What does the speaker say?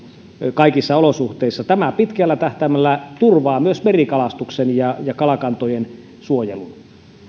kaikissa olosuhteissa tämä pitkällä tähtäimellä turvaa myös merikalastuksen ja ja kalakantojen suojelun